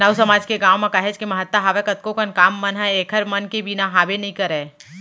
नाऊ समाज के गाँव म काहेच के महत्ता हावय कतको कन काम मन ह ऐखर मन के बिना हाबे नइ करय